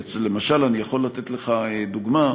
למשל, אני יכול לתת לך דוגמה,